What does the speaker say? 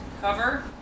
cover